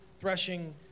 threshing